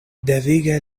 devige